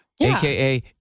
aka